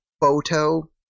Photo